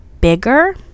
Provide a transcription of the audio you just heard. bigger